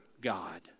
God